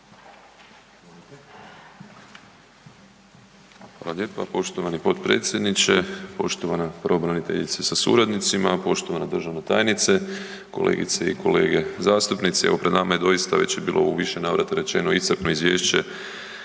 Hvala lijepa, poštovani potpredsjedniče, poštovana pravobraniteljice sa suradnicima, poštovana državna tajnice, kolegice i kolege zastupnici. Evo pred nama je doista, već je bilo u više navrata rečeno iscrpno izvješće